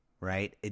Right